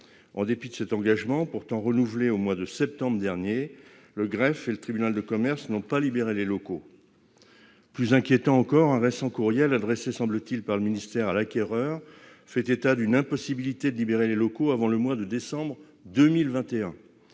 En dépit de cet engagement, pourtant renouvelé au mois de septembre dernier, le greffe et le tribunal de commerce n'ont pas libéré les locaux. Plus inquiétant encore, un récent courriel adressé, semble-t-il, par le ministère à l'acquéreur fait état d'une impossibilité de libérer les locaux avant le mois de décembre 2021.